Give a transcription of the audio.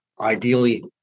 ideally